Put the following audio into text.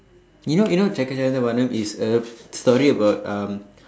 you know you know Chekka Chivantha வானம்:sekkachsivandtha vaanam is a story about um